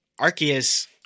Arceus